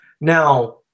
Now